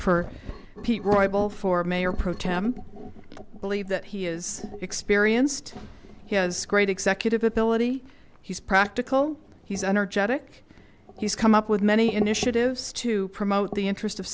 roybal for mayor pro tem believe that he is experienced he has great executive ability he's practical he's energetic he's come up with many initiatives to promote the interest of